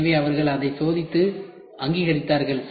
எனவே அவர்கள் அதைச் சோதித்து அங்கீகரித்தார்கள்